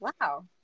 Wow